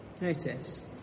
Notice